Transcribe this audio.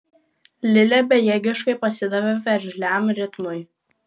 lilė bejėgiškai pasidavė veržliam ritmui